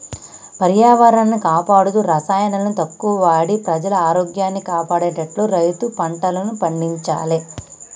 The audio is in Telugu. పర్యావరణాన్ని కాపాడుతూ రసాయనాలను తక్కువ వాడి ప్రజల ఆరోగ్యాన్ని కాపాడేట్టు రైతు పంటలను పండియ్యాలే